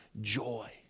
joy